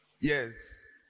Yes